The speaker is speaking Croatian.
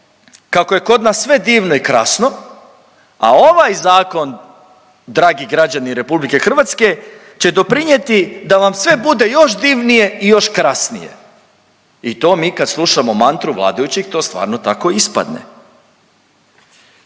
kako je kod nas sve divno i krasno, a ovaj zakon dragi građani Republike Hrvatske će doprinijeti da vam sve bude još divnije i još krasnije. I to mi kad slušamo mantru vladajućih to stvarno tako ispadne.